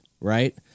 right